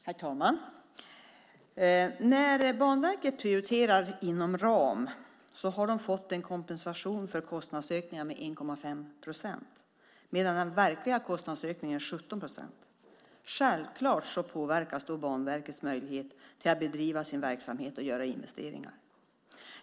Herr talman! När Banverket prioriterar inom ram har verket fått en kompensation för kostnadsökningar med 1,5 procent. Men den verkliga kostnadsökningen är 17 procent. Självklart påverkas då Banverkets möjlighet till att bedriva sin verksamhet och göra investeringar.